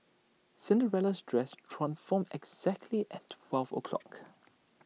Cinderella's dress transformed exactly at twelve o'clock